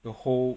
the whole